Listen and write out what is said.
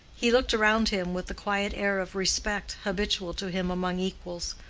he looked around him with the quiet air of respect habitual to him among equals,